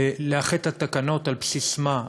לאחד את התקנות על בסיס מה?